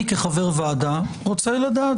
אני, כחבר ועדה, רוצה לדעת.